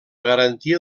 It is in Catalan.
garantia